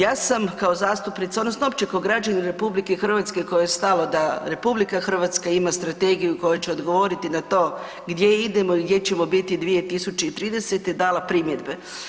Ja sam kao zastupnica odnosno opće kao građanin RH kojoj je stalo da RH ima strategiju koja će odgovoriti na to gdje idemo i gdje ćemo biti 2030. dala primjedbe.